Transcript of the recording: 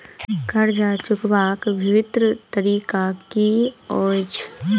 कर्जा चुकबाक बिभिन्न तरीका की अछि?